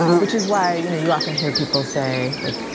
which is why, you know, you often hear people say, like,